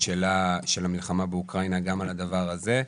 של המלחמה באוקראינה גם על הדבר הזה.